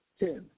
ten